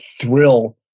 thrill